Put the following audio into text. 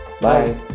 Bye